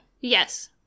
Yes